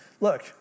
Look